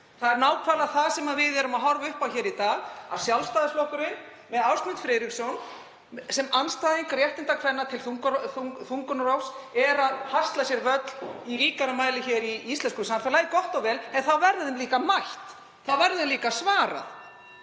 Það er nákvæmlega það sem við erum að horfa upp á hér í dag að Sjálfstæðisflokkurinn, með Ásmund Friðriksson sem andstæðing réttinda kvenna til þungunarrofs, er að hasla sér völl í ríkari mæli í íslensku samfélagi. Gott og vel. (Forseti hringir.) En þá verður þeim líka mætt, þeim verður þá líka svarað